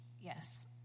Yes